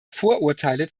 vorurteile